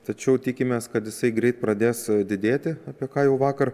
tačiau tikimės kad jisai greit pradės didėti apie ką jau vakar